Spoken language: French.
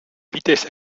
vitesse